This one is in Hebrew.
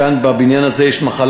כאן בבניין הזה יש מחלה